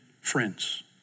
friends